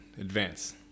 advance